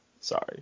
Sorry